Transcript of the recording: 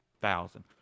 thousand